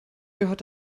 gehört